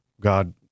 God